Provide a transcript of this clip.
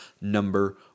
number